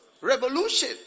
revolution